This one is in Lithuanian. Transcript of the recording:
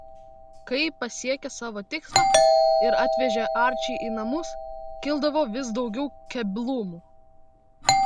kai ji pasiekė savo tikslą ir atvežė arčį į namus kildavo vis daugiau keblumų